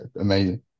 amazing